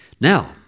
Now